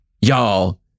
y'all